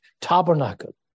tabernacle